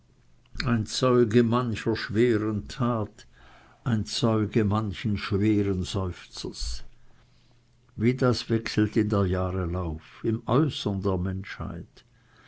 ein zeuge mancher schweren tat ein zeuge manches schweren seufzers wie das wechselt in der jahre lauf im äußern der menschheit